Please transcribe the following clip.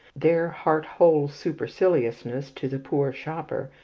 their heart-whole superciliousness to the poor shopper,